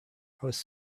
was